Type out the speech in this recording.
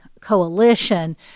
coalition